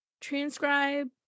transcribe